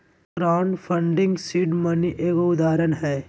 crowd funding seed money के एगो उदाहरण हय